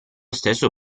stesso